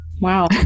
wow